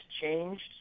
changed